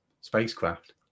spacecraft